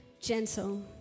gentle